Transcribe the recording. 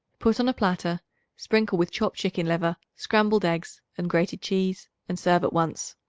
put on a platter sprinkle with chopped chicken liver, scrambled eggs and grated cheese and serve at once.